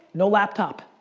no laptop,